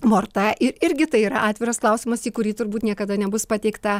morta irgi tai yra atviras klausimas į kurį turbūt niekada nebus pateikta